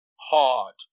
hard